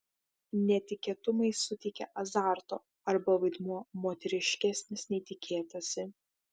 netikėtumai suteikia azarto arba vaidmuo moteriškesnis nei tikėtasi